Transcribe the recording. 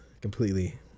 Completely